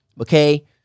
okay